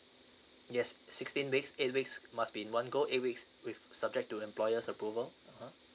yes sixteen weeks eight weeks must be in one go eight weeks with subject to employers approval (uh huh)